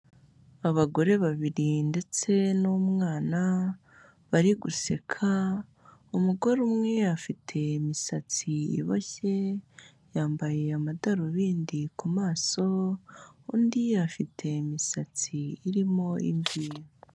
Abagore babiri ndetse n'umwana bari guseka, umugore umwe afite imisatsi iboshye, yambaye amadarubindi ku maso, undi afite imisatsi irimo imvi.